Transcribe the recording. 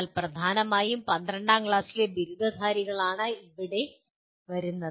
എന്നാൽ പ്രധാനമായും പന്ത്രണ്ടാം ക്ലാസിലെ ബിരുദധാരികളാണ് ഇവിടെ വരുന്നത്